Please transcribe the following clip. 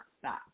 stop